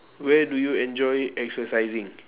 where do you enjoy exercising